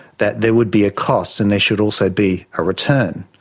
that there would be a cost and there should also be a return,